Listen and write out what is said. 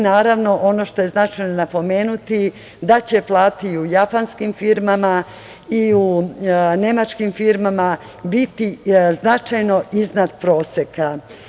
Naravno, ono što je značajno napomenuti, da će plate i u japanskim firmama i u nemačkim firmama biti značajno iznad proseka.